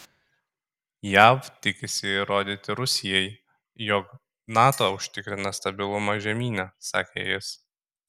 jav tikisi įrodyti rusijai jog nato užtikrina stabilumą žemyne sakė jis